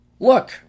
Look